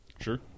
Sure